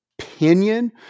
opinion